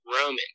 Roman